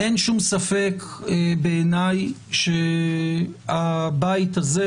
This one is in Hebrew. אין שום ספק בעיניי שהבית הזה,